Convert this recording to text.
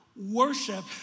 Worship